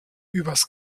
übers